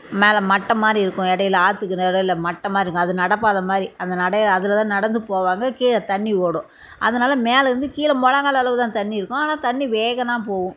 மேலே மட்டை மாதிரி இருக்கும் இடையில ஆற்றுக்கு இடையில மட்டை மாதிரி இருக்கும் அது நடைப்பாத மாதிரி அந்த நடையை அதில் தான் நடந்து போவாங்க கீழே தண்ணி ஓடும் அதனால மேலேருந்து கீழ முலங்கால் அளவு தான் தண்ணி இருக்கும் ஆனால் தண்ணி வேகனா போகும்